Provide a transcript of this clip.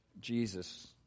Jesus